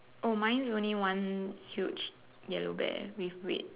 oh mine is only one huge yellow bear with red